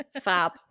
fab